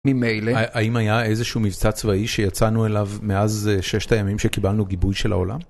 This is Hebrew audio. ממילא, האם היה איזשהו מבצע צבאי שיצאנו אליו מאז ששת הימים שקיבלנו גיבוי של העולם?